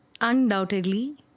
undoubtedly